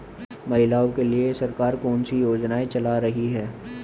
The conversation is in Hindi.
महिलाओं के लिए सरकार कौन सी योजनाएं चला रही है?